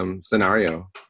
scenario